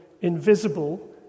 invisible